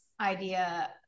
idea